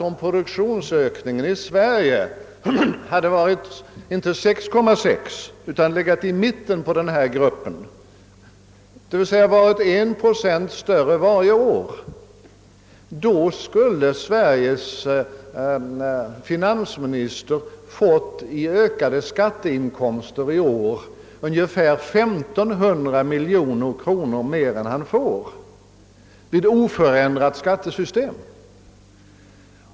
Om produktionsökningen i Sverige inte varit 6,6 procent utan vi i stället hade legat i mitten av denna grupp, d.v.s. om vår produktionsökning varit 1 procent större varje år, så hade Sveriges finansminister i år fått in bortåt 1500 miljoner i ökade statliga och kommunala skatteinkomster med oförändrat skattesystem.